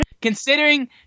considering